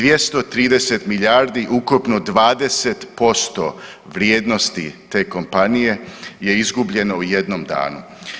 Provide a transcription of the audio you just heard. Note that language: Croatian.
230 milijardi, ukupno 20% vrijednosti te kompanije je izgubljeno u jednom danu.